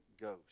Ghost